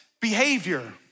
behavior